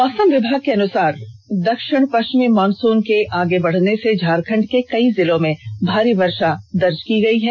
मौसम विभाग के अनुसार दक्षिण पष्विमी मॉनसून के आगे बढ़ने से झारखंड के कई जिलों में भारी वर्षा दर्ज की गई है